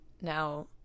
Now